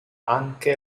anche